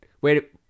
Wait